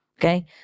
Okay